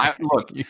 Look